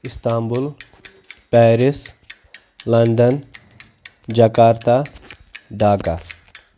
Istanbul Paris London Jakarta Dhaka